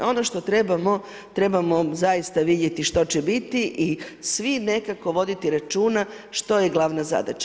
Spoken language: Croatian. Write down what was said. Ono što trebamo, trebamo zaista vidjeti što će biti i svi nekako voditi računa što je glavna zadaća.